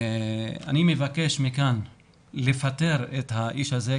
אני מבקש מכאן לפטר את האיש הזה,